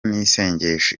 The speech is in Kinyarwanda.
n’isengesho